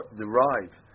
derive